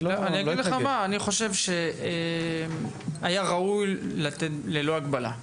אני חושב שהיה ראוי לתת ללא הגבלה.